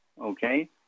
okay